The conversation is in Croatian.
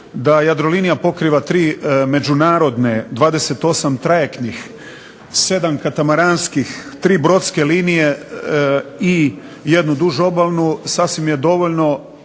da Jadrolinija pokriva 3 međunarodne, 28 trajektnih, 7 katamaranskih, 3 brodske linije i jednu dužu obalnu, sasvim je dovoljno